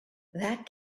that